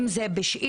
אם זה בשאילתות,